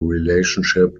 relationship